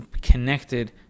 connected